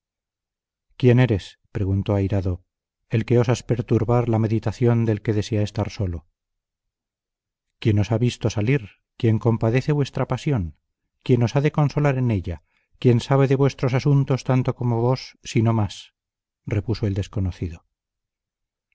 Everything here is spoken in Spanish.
quién eres preguntó airado el que osas perturbar la meditación del que desea estar solo quien os ha visto salir quien compadece vuestra pasión quien os ha de consolar en ella quien sabe de vuestros asuntos tanto como vos si no más repuso el desconocido